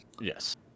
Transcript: Yes